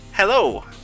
Hello